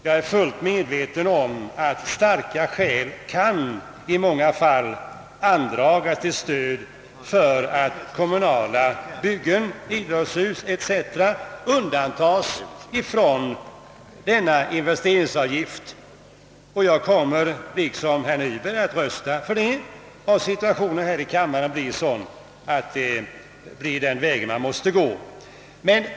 Jag är fullt medveten om att starka skäl i många fall kan andragas till stöd för att kommunala byggen, idrottshus etc. undantas från denna investeringsavgift. Jag kommer också — liksom herr Nyberg att rösta härför, om situationen blir sådan att den vägen måste väljas.